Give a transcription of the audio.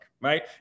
right